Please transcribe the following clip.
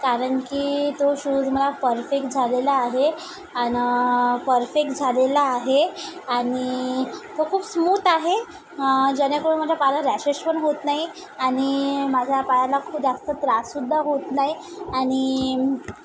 कारण की तो शूज मला परफेक्ट झालेला आहे आणि परफेक्ट झालेला आहे आणि तो खूप स्मूथ आहे जेणेकरून माझ्या पायाला रॅशेश पण होत नाही आणि माझ्या पायाला खूप जास्त त्राससुद्धा होत नाही आणि